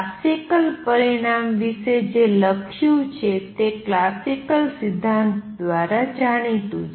classical પરિણામ વિશે જે લખ્યું છે તે ક્લાસિકલ સિદ્ધાંત દ્વારા જાણીતું છે